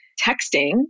texting